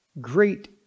great